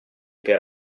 per